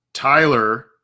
Tyler